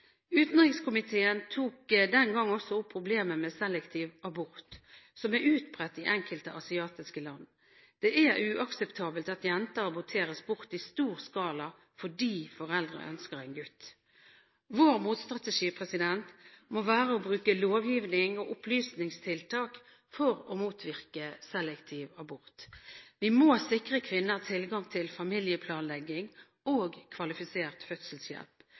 Utenrikskomiteen tok den gang også opp problemet med selektiv abort, som er utbredt i enkelte asiatiske land. Det er uakseptabelt at jenter aborteres bort i stor skala fordi foreldre ønsker en gutt. Vår motstrategi må være å bruke lovgivning og opplysningstiltak for å motvirke selektiv abort. Vi må sikre kvinner tilgang til familieplanlegging og kvalifisert fødselshjelp.